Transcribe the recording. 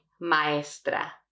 maestra